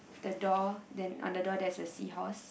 the door then on the door there's a seahorse